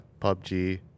PUBG